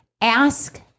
ask